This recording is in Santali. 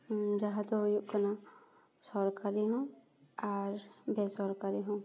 ᱡᱟᱦᱟᱸ ᱫᱚ ᱦᱩᱭᱩᱜ ᱠᱟᱱᱟ ᱥᱚᱨᱠᱟᱨᱤ ᱦᱚᱸ ᱟᱨ ᱵᱮᱥᱚᱨᱠᱟᱨᱤ ᱦᱚᱸ